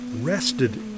rested